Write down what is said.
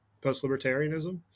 post-libertarianism